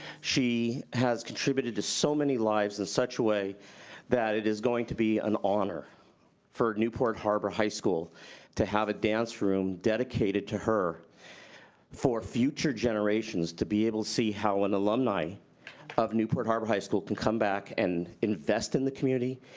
she has contributed to so many lives in such a way that it is going to be an honor for newport harbor high school to have a dance room dedicated to her for future generations to be able to see how an alumni of newport harbor high school can come back and invest in the community,